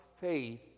faith